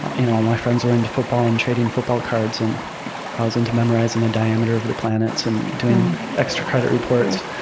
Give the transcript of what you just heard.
all and all my friends were into football and trading football cards, and i was into memorizing the diameter of the planets and doing extra-credit reports.